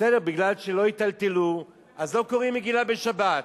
בסדר, כדי שלא יטלטלו, לא קוראים מגילה בשבת,